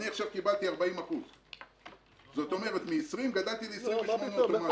עכשיו קיבלתי 40%. מ-20 גדלתי ל-28 אוטומטית.